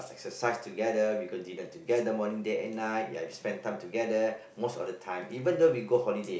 exercise together we go dinner together morning day and night ya we spend time together most of the time even though we go holiday